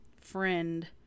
friend